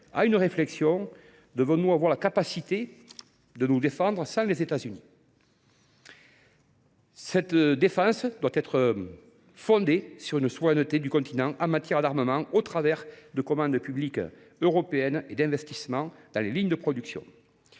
cette question : devons nous avoir la capacité de nous défendre sans les États Unis ? Cette défense doit être fondée sur une souveraineté du continent en matière d’armement, au travers de commandes publiques européennes et d’investissements dans les lignes de production.